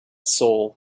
soul